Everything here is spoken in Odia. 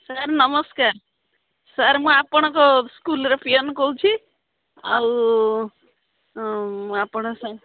ସାର୍ ନମସ୍କାର ସାର୍ ମୁଁ ଆପଣଙ୍କ ସ୍କୁଲର ପିଅନ କହୁଛିି ଆଉ ଆପଣଙ୍କ